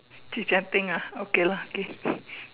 to Genting ah okay lah okay